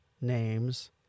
names